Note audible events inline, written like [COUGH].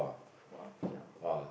!wah! ya [BREATH]